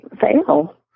fail